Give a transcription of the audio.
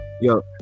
Yo